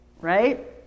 right